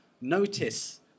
Notice